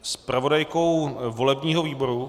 Zpravodajkou volebního výboru...